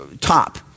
top